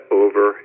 over